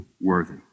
worthy